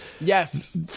Yes